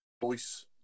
Voice